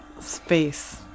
space